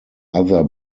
other